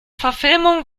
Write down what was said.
verfilmung